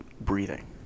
breathing